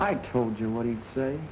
i told you what he'd say